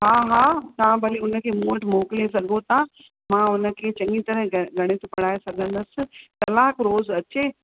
हा हा तां भले हुनखे मूं वटि मोकिले सघो था मां हुनखे चङी तरह ग गणित पढ़ाए सघंदसि कलाकु रोज़ु अचे